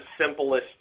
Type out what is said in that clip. simplest